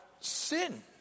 sin